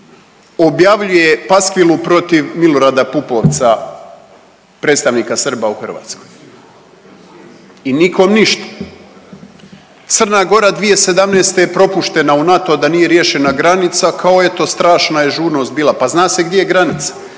objavljuje paskvilu protiv Milorada Pupovca, predstavnika Srba u Hrvatskoj i nikom ništa. Crna Gora 2017. je propuštena u NATO da nije riješena granica, kao eto strašna je žurnost bila, pa zna se gdje je granica.